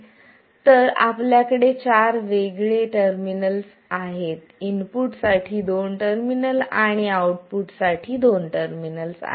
तर आपल्याकडे चार वेगळे टर्मिनल आहेत इनपुट साठी दोन टर्मिनल आणि आउटपुट साठी दोन टर्मिनल आहेत